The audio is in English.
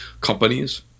companies